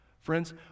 Friends